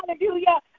Hallelujah